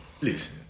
listen